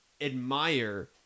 admire